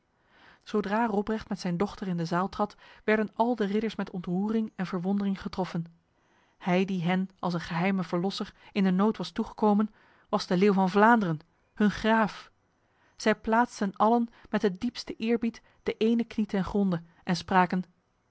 zodra robrecht met zijn dochter in de zaal trad werden al de ridders met ontroering en verwondering getroffen hij die hen als een geheime verlosser in de nood was toegekomen was de leeuw van vlaanderen hun graaf zij plaatsten allen met de diepste eerbied de ene knie ten gronde en spraken